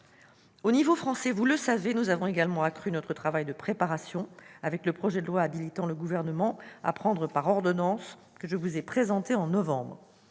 Au niveau français, vous le savez, nous avons également accru notre travail de préparation, avec le projet de loi habilitant le Gouvernement à prendre des mesures par ordonnances que je vous ai présenté en novembre.